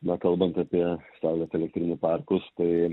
na kalbant apie saulės elektrinių parkus tai